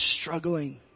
struggling